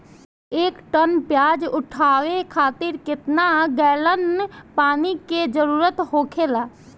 एक टन प्याज उठावे खातिर केतना गैलन पानी के जरूरत होखेला?